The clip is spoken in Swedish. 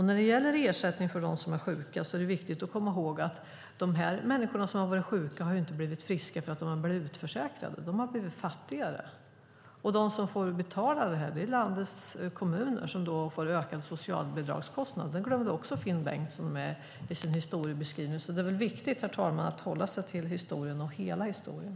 När det gäller ersättning för dem som är sjuka är det viktigt att komma ihåg att de människor som varit sjuka inte har blivit friska för att de blivit utförsäkrade. De har blivit fattigare. De som får betala detta är landets kommuner, som får ökade socialbidragskostnader. Även detta glömde Finn Bengtsson i sin historieskrivning. Det är viktigt, herr talman, att hålla sig till historien, hela historien.